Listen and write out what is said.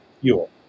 fuel